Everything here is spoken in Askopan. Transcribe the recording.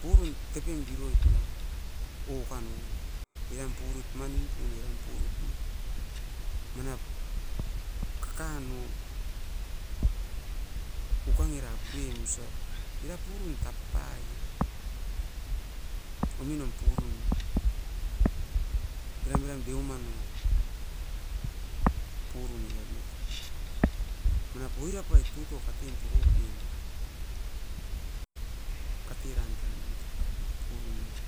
Purum tepei birot okan ouon eram purut ma nimpoi erem purut ma, manap kakan o ukangera puren usa era era purun tappaie ominom purum no eram eram deiumanoam purun oit manap oirapai tutu katen puropen nuan, kateran tan motopai purun oh